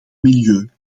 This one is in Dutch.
milieu